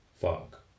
fuck